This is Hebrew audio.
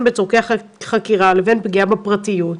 בין צרכי החקירה לבין פגיעה בפרטיות.